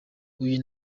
uyu